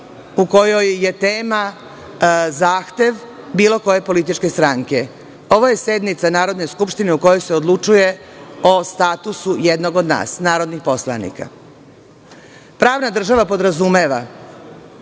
u kojoj je tema zahtev bilo koje političke stranke. Ovo je sednica Narodne skupštine u kojoj se odlučuje o statusu jednog od nas, narodnih poslanika. Pravna država podrazumeva